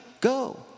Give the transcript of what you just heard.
go